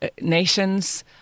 nations